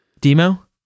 Demo